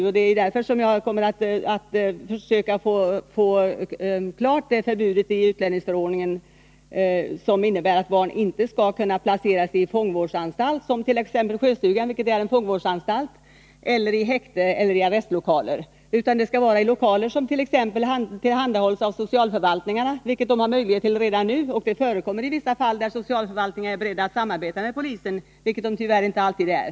och det är därför jag kommer att försöka att få ett förbud i utlänningsförordningen mot att barn placeras i fångvårdsanstalt. vilket t.ex. Sjöstugan är. i häkte eller i arrestlokaler. Det skall i stället ske i lokaler som tillhandahålles av t.ex. socialförvaltningarna, vilka dessa har möjlighet till redan nu. Det förekommer också i vissa fall där socialförvaltningarna är beredda att sammarbeta med polisen, vilket de tyvärr inte alltid är.